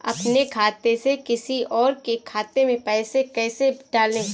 अपने खाते से किसी और के खाते में पैसे कैसे डालें?